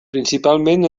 principalment